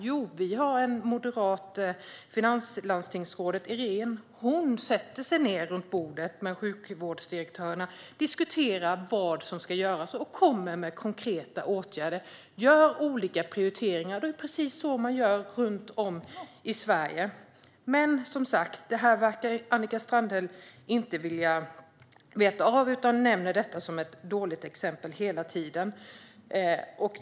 Jo, det moderata finanslandstingsrådet Irene Svenonius sätter sig ned med sjukvårdsdirektörerna och diskuterar vad som ska göras, kommer med konkreta åtgärder och gör olika prioriteringar. Det är precis så man gör runt om i Sverige. Men detta verkar Annika Strandhäll inte vilja veta av, utan hon nämner hela tiden Stockholm som ett dåligt exempel.